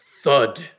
thud